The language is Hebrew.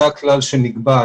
זה הכלל שנקבע.